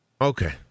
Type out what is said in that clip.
Okay